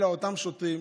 אלא אותם שוטרים,